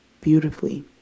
beautifully